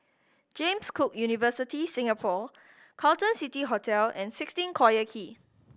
James Cook University Singapore Carlton City Hotel and sixteen Collyer Quay